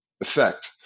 effect